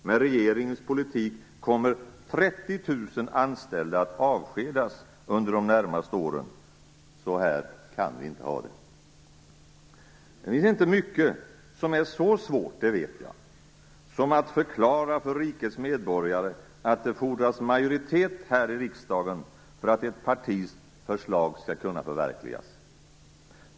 Med regeringens politik kommer 30 000 anställda att avskedas under de närmaste åren. Så här kan vi inte ha det. Det finns inte mycket som är så svårt, det vet jag, som att förklara för rikets medborgare att det fordras majoritet här i riksdagen för att ett partis förslag skall kunna förverkligas.